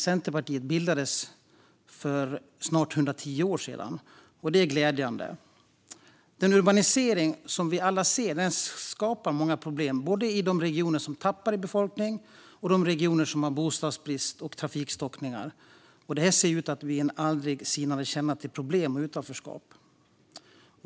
Centerpartiet, bildades för snart 110 år sedan, och det är glädjande. Den urbanisering vi alla ser skapar många problem både i de regioner som tappar i befolkning och i de regioner som har bostadsbrist och trafikstockningar. Det ser ut att bli en aldrig sinande källa till problem och utanförskap.